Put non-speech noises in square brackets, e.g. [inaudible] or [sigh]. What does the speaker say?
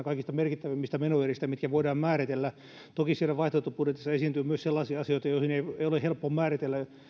[unintelligible] kaikista merkittävimmistä menoeristä mitkä voidaan määritellä toki siellä vaihtoehtobudjetissa esiintyy myös sellaisia asioita joihin ei ole helppo määritellä